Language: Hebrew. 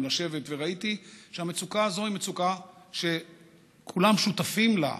וראיתי שהמצוקה הזאת היא מצוקה שכולם שותפים לה.